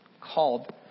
called